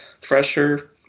fresher